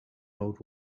old